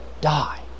die